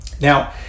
Now